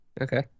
Okay